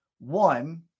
One